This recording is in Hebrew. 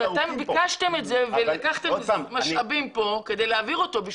אבל אתם ביקשתם את זה ולקחתם משאבים פה כדי להעביר אותו.